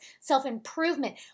self-improvement